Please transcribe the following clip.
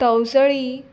तवसळी